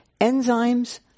Enzymes